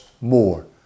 more